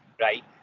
Right